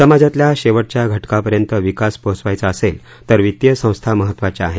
समाजातल्या शेवटच्या घटकापर्यंत विकास पोहोचवायचा असेल तर वित्तीय संस्था महत्वाच्या आहेत